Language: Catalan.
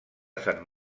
sant